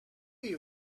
you